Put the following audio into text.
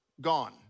gone